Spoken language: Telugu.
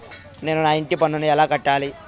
నేను నా ఇంటి పన్నును ఎలా కట్టాలి?